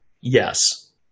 Yes